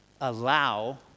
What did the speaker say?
allow